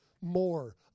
more